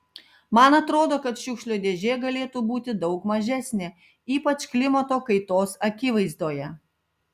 man atrodo kad šiukšlių dėžė galėtų būti daug mažesnė ypač klimato kaitos akivaizdoje